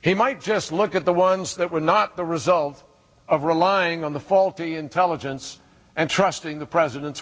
he might just look at the ones that were not the result of relying on the faulty intelligence and trusting the president's